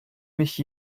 mich